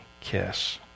kiss